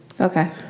Okay